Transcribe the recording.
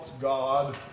God